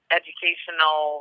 educational